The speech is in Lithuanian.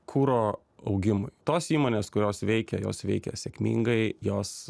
kuro augimui tos įmonės kurios veikia jos veikia sėkmingai jos